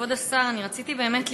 כבוד השר, רציתי באמת לשאול,